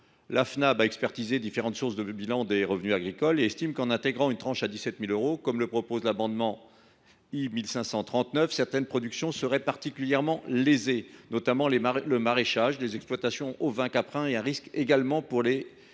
La Fnab a expertisé différentes sources de bilan des revenus agricoles et estime que, en intégrant une tranche à 17 000 euros, comme le prévoit l’amendement n° I 1539, certaines productions seraient particulièrement lésées, notamment le maraîchage, les exploitations d’ovins et de caprins et les exploitations